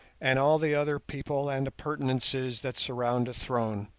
and all the other people and appurtenances that surround a throne,